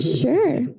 Sure